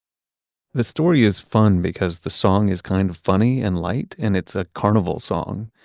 the story is fun because the song is kind of funny and light and it's a carnival song,